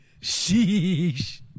sheesh